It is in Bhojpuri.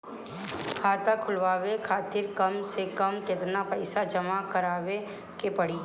खाता खुलवाये खातिर कम से कम केतना पईसा जमा काराये के पड़ी?